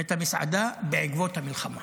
את המסעדה בעקבות המלחמה.